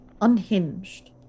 unhinged